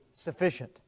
sufficient